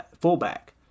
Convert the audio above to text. fullback